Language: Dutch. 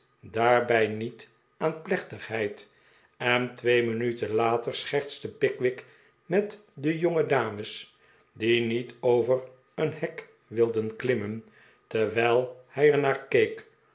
daarbij niet aan plechtigheid en twee minuten later schertste pickwick met'de jongedames die niet over een hek wilden klimmen terwijl